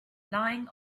lying